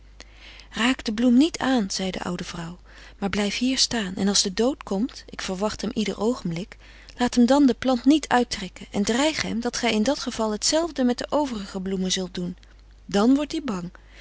de bloem niet aan zei de oude vrouw maar blijf hier staan en als de dood komt ik verwacht hem ieder oogenblik laat hem dan de plant niet uittrekken en dreig hem dat gij in dat geval hetzelfde met de overige bloemen zult doen dan wordt hij bang